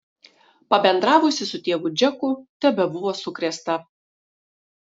pabendravusi su tėvu džeku tebebuvo sukrėsta